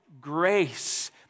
grace